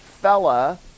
fella